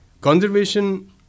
Conservation